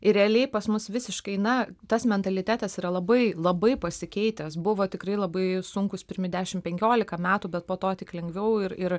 ir realiai pas mus visiškai na tas mentalitetas yra labai labai pasikeitęs buvo tikrai labai sunkūs pirmi dešim penkiolika metų bet po to tik lengviau ir ir